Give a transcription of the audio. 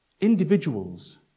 Individuals